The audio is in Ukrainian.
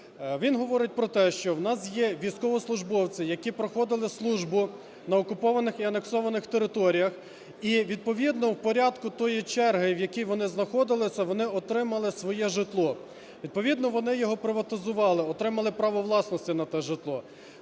Він говорить про те, що в нас є військовослужбовці, які проходили службу на окупованих і анексованих територіях. І відповідно у порядку тої черги, в якій вони знаходилися, вони отримали своє житло. Відповідно вони його приватизували, отримали право власності на те житло.